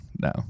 No